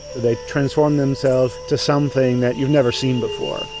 they transform themselves to something that you've never seen before.